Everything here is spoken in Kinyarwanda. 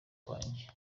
kwanjye